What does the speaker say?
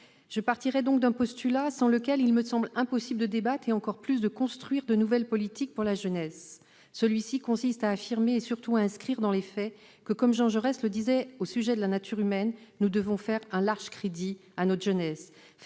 Je partirai d'un postulat, sans lequel il me semble impossible de débattre et de construire de nouvelles politiques pour la jeunesse ; il s'agit d'affirmer et, surtout, d'inscrire dans les faits que, comme Jean Jaurès le disait au sujet de la nature humaine, nous devons faire un large crédit à notre jeunesse.